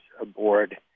aboard